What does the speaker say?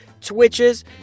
Twitches